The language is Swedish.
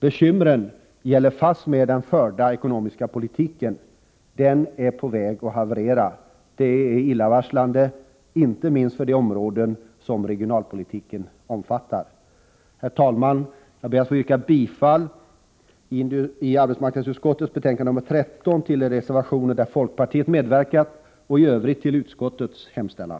Bekymren gäller fast mer den förda ekonomiska politiken. Den är på väg att haverera, och det är illavarslande, inte minst för de områden som regionalpolitiken omfattar. Herr talman! Jag ber beträffande arbetsmarknadsutskottets betänkande nr 13 att få yrka bifall till de reservationer där folkpartiet medverkar och i Övrigt till utskottets hemställan.